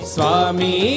Swami